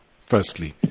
firstly